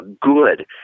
good